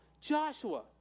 Joshua